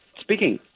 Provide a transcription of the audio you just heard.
Speaking